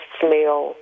smell